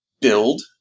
build